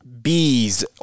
Bees